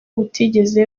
butigeze